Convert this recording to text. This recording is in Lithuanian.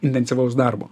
intensyvaus darbo